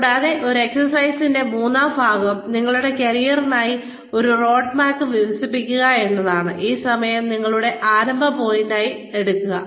കൂടാതെ ഈ എക്സസൈസിന്റെ മൂന്നാം ഭാഗം നിങ്ങളുടെ കരിയറിനായി ഒരു റോഡ്മാപ്പ് വികസിപ്പിക്കുക എന്നതാണ് ഈ സമയം നിങ്ങളുടെ ആരംഭ പോയിന്റായി എടുക്കുക